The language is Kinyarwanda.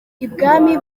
ibwami